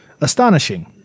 Astonishing